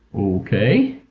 okay.